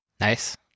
Nice